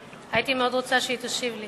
הייתי מאוד רוצה שהיא תקשיב לי